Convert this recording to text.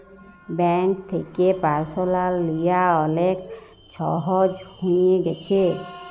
bank থ্যাকে পারসলাল লিয়া অলেক ছহজ হঁয়ে গ্যাছে